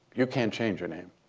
you can't change your name.